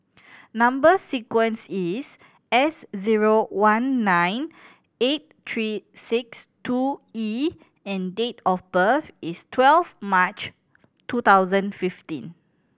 number sequence is S zero one nine eight three six two E and date of birth is twelve March two thousand fifteen